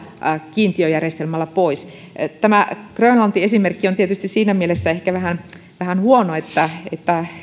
kiintiöjärjestelmällä pois tämä grönlanti esimerkki on tietysti siinä mielessä vähän vähän huono että voi kysyä